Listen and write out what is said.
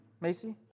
Macy